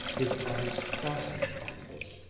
his eyes fastened upon this,